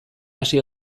hasi